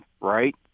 right